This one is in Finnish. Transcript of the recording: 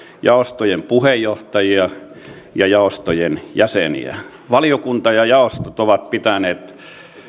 jaostojen puheenjohtajia ja jaostojen jäseniä valiokunta ja jaostot ovat pitäneet